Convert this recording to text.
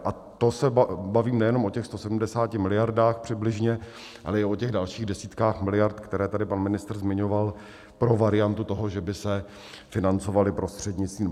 A to se bavím nejenom o těch 170 miliardách přibližně, ale i o těch dalších desítkách miliard, které tady pan ministr zmiňoval pro variantu toho, že by se financovaly prostřednictvím...